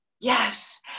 Yes